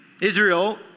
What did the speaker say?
Israel